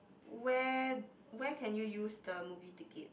where where can you use the movie tickets